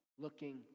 Looking